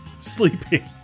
Sleeping